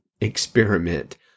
experiment